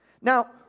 Now